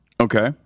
Okay